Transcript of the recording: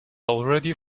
already